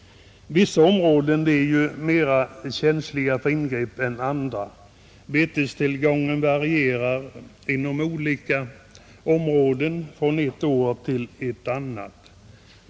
Vissa områden är ju mera känsliga för ingrepp än andra. Betestillgången varierar inom olika områden från ett år till ett annat.